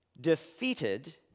defeated